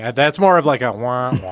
and that's more of like one.